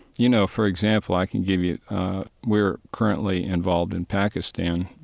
you know, for example, i can give you we're currently involved in pakistan,